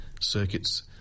circuits